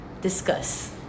Discuss